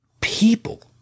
people